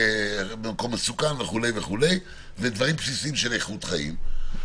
מקום מסוכן וכולי, ודברים בסיסיים של איכות חיים.